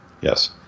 Yes